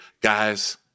guys